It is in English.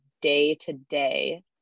day-to-day